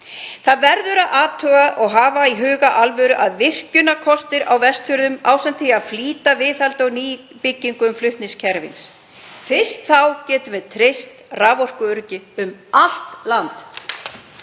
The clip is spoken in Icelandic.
Það verður að athuga og hafa í huga í alvöru virkjunarkosti á Vestfjörðum ásamt því að flýta viðhaldi og nýbyggingum flutningskerfisins. Fyrst þá getum við treyst raforkuöryggi um allt land.